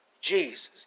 Jesus